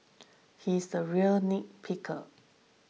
he is a real nitpicker